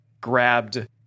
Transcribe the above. grabbed